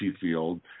field